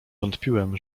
wątpiłem